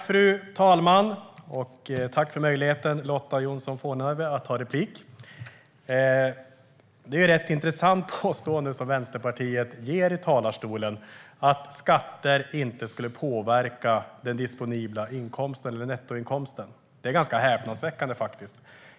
Fru talman! Tack, Lotta Johnsson Fornarve, för möjligheten till replik! Det är ett rätt intressant påstående som Vänsterpartiet gör i talarstolen, nämligen att skatter inte skulle påverka den disponibla nettoinkomsten. Det är faktiskt ganska häpnadsväckande.